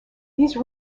these